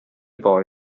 boy